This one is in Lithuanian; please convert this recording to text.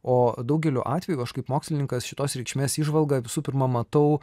o daugeliu atvejų aš kaip mokslininkas šitos reikšmės įžvalgą visų pirma matau